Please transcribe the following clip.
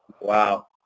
wow